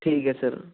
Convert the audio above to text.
ਠੀਕ ਹੈ ਸਰ